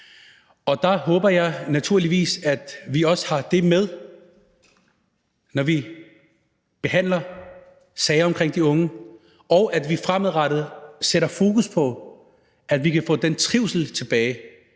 og der håber jeg naturligvis også, at vi har det med, når vi behandler sager omkring de unge, og at vi fremadrettet sætter fokus på, at vi kan få den trivsel tilbage